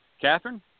Catherine